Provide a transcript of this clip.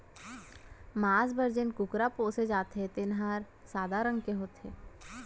मांस बर जेन कुकरा पोसे जाथे तेन हर सादा रंग के होथे